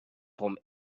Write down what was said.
from